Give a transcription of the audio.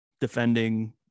defending